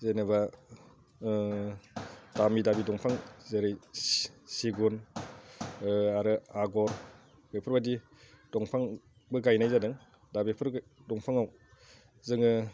जेनोबा दामि दामि दंफां जेरै सिगुन आरो आगन बेफोरबादि दंफांबो गायनाय जादों दा बेफोर दंफाङाव जोङो